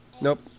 Nope